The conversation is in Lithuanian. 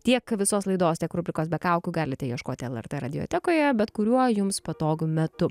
tiek visos laidos tiek rubrikos be kaukių galite ieškoti lrt radiatekoje bet kuriuo jums patogiu metu